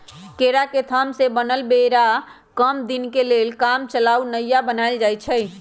केरा के थम से बनल बेरा कम दीनके लेल कामचलाउ नइया बनाएल जाइछइ